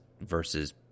versus